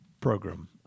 program